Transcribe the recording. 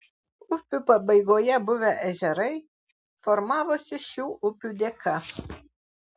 upių pabaigoje buvę ežerai formavosi šių upių dėka